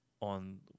on